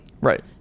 Right